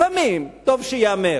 לפעמים טוב שייאמר.